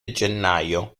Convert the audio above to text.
gennaio